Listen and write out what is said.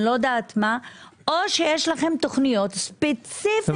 לא יודעת מה או יש לכם תוכניות ספציפיות?